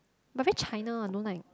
but very China I don't like